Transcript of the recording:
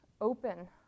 open